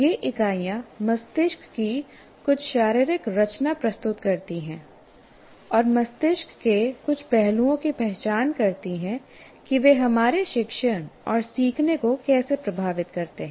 ये इकाइयाँ मस्तिष्क की कुछ शारीरिक रचना प्रस्तुत करती हैं और मस्तिष्क के कुछ पहलुओं की पहचान करती हैं कि वे हमारे शिक्षण और सीखने को कैसे प्रभावित करते हैं